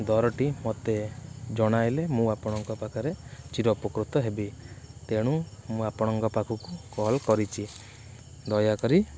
ଦରଟି ମତେ ଜଣାଇଲେ ମୁଁ ଆପଣଙ୍କ ପାଖରେ ଚିରୋପକୃତ ହେବି ତେଣୁ ମୁଁ ଆପଣଙ୍କ ପାଖକୁ କଲ୍ କରିଛି ଦୟାକରି